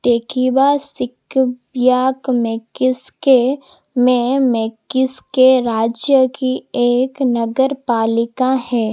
टेकीवासिक पियाक मे किसके में म मेंकिसके राज्य की एक नगरपालिका है